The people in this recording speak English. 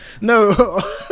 No